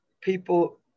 people